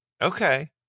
Okay